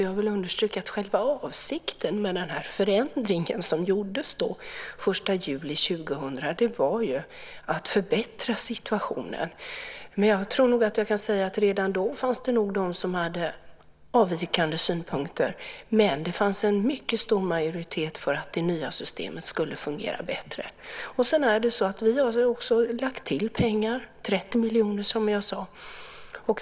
Jag vill understryka att själva avsikten med den här förändringen som gjordes den 1 juli 2000 var att förbättra situationen. Jag tror nog att jag kan säga att det redan då fanns de som hade avvikande synpunkter, men det fanns en mycket stor majoritet som ansåg att det nya systemet skulle fungera bättre. Vi har lagt till pengar, 30 miljoner, som jag sade.